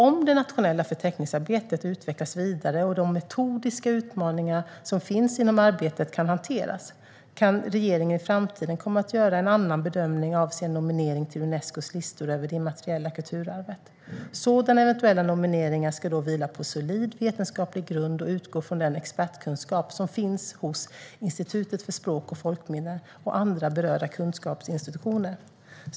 Om det nationella förteckningsarbetet utvecklas vidare och de metodiska utmaningar som finns inom arbetet kan hanteras kan regeringen i framtiden komma att göra en annan bedömning avseende nominering till Unescos listor över det immateriella kulturarvet. Sådana eventuella nomineringar ska då vila på solid vetenskaplig grund och utgå från den expertkunskap som finns hos Institutet för språk och folkminnen och andra berörda kunskapsinstitutioner.